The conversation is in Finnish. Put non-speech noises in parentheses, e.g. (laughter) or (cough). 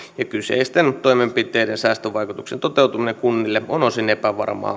ja kyseisten toimenpiteiden säästövaikutuksen toteutuminen kunnille on osin epävarmaa (unintelligible)